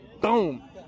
Boom